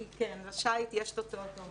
כן, לשייט יש תוצאות טובות.